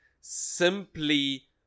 simply